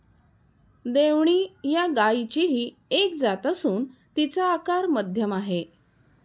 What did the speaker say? देवणी या गायचीही एक जात असून तिचा आकार मध्यम आहे